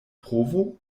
provo